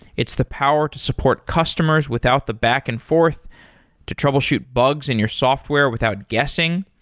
it's the power to support customers without the back and forth to troubleshoot bugs in your software without guessing.